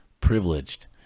privileged